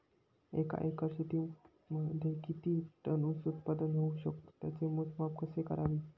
एका एकर शेतीमध्ये किती टन ऊस उत्पादन होऊ शकतो? त्याचे मोजमाप कसे करावे?